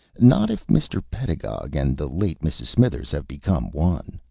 not if mr. pedagog and the late mrs. smithers have become one,